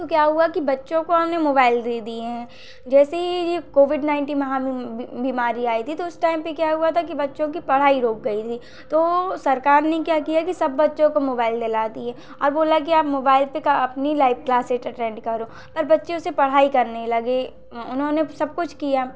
तो क्या हुआ कि बच्चों को हमने मोबाइल दे दिए हैं जैसे ही ये कोविड नाइंटीन के बीमारी आई थी तो उस टाइम पे क्या हुआ था कि बच्चों की पढ़ाई रुक गई थी तो वो सरकार ने क्या किया कि सब बच्चों को मोबाइल दिला दिए और बोला कि आप मोबाइल पे का अपनी लाइव क्लासेज़ अटेंड करो और बच्चे उससे पढ़ाई करने लगे उन्होंने सब कुछ किया